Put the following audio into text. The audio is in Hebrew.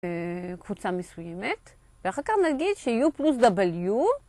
קבוצה מסוימת, ואחר כך נגיד ש-u פלוס w